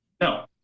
No